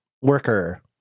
worker